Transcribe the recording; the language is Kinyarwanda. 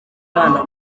abana